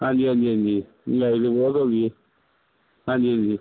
ਹਾਂਜੀ ਹਾਂਜੀ ਹਾਂਜੀ ਲਾਈਵ ਏ ਬਹੁਤ ਹੋ ਗਈ ਹੈ ਹਾਂਜੀ ਹਾਂਜੀ